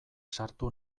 sartu